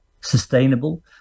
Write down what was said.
sustainable